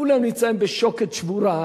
כולם נמצאים לפני שוקת שבורה.